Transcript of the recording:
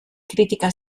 kritika